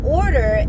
order